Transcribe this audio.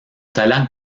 talent